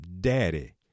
daddy